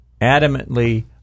adamantly